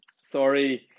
Sorry